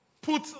put